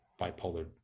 bipolar